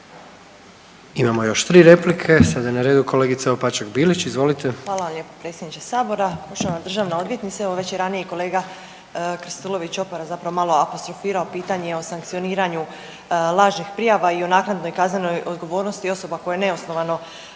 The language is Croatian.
Imamo još 3 replike, sad je na redu kolegica Opačak Bilić, izvolite. **Opačak Bilić, Marina (Nezavisni)** Hvala vam predsjedniče sabora. Poštovana državna odvjetnice evo već je ranije kolega Krstulović Opara zapravo malo apostrofirao pitanje o sankcioniranju lažnih prijava i o naknadnoj kaznenoj odgovorni osoba koje neosnovano